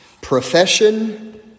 Profession